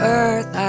earth